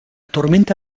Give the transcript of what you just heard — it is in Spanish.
tormenta